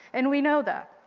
and we know that.